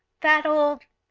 that old.